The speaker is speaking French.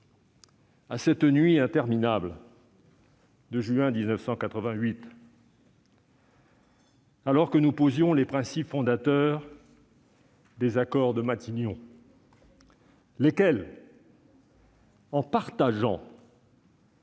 à cette nuit interminable de juin 1988, alors que nous posions les principes fondateurs des accords de Matignon, lesquels, en partageant